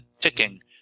ticking